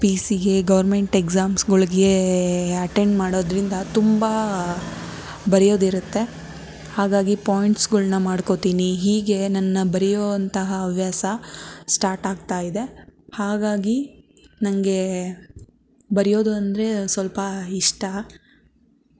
P ಸಿಗೆ government ಎಕ್ಸಾಮ್ಸ್ಗಳಿಗೆ attend ಮಾಡೊದ್ರಿಂದ ತುಂಬ ಬರಿಯೋದಿರತ್ತೆ ಹಾಗಾಗಿ ಪಾಯಿಂಟ್ಸ್ಗಳ್ನ ಮಾಡ್ಕೊತೀನಿ ಹೀಗೆ ನನ್ನ ಬರಿಯೊ ಅಂತಹ ಹವ್ಯಾಸ ಸ್ಟಾರ್ಟ್ ಆಗ್ತಾ ಇದೆ ಹಾಗಾಗಿ ನನಗೆ ಬರಿಯೋದು ಅಂದರೆ ಸ್ವಲ್ಪ ಇಷ್ಟ